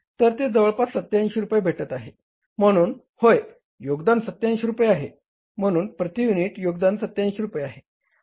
तर ते जवळपास 87 रुपये भेटत आहे म्हणून होय योगदान 87 रुपये आहे म्हणून प्रती युनिट योगदान 87 रुपये आहे